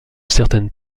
certaines